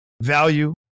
value